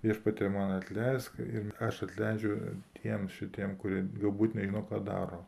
viešpatie man atleisk ir aš atleidžiu tiem šitiem kurie galbūt nežino ką daro